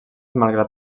malgrat